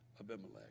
Abimelech